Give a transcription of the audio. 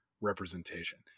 representation